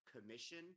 commission